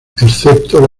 excepto